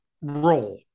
role